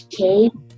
okay